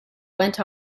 went